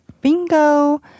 Bingo